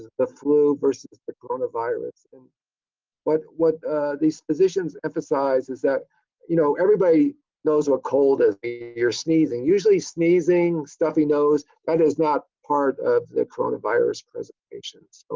the flu, versus the coronavirus? and what what these physicians emphasize is that you know, everybody knows what cold is. you're sneezing, usually sneezing, stuffy nose. that is not part of the coronavirus presentation.